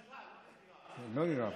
תדירה, לא נדירה.